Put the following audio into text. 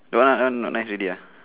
that one err not nice already ah